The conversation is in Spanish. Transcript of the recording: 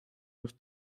los